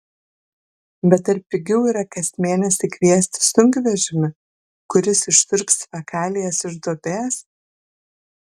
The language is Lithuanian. bet ar pigiau yra kas mėnesį kviestis sunkvežimį kuris išsiurbs fekalijas iš duobės